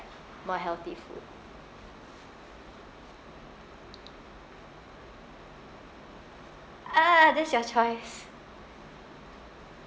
more healthy food ah that's your choice